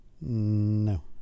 No